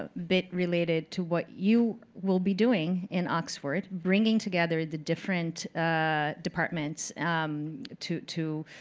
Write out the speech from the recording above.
ah bit related to what you will be doing in oxford, bringing together the different ah departments to to